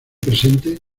presentes